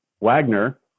Wagner